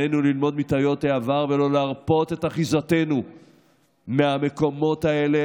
עלינו ללמוד מטעויות העבר ולא להרפות את אחיזתנו מהמקומות האלה,